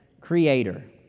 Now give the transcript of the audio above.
creator